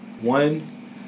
one